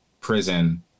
prison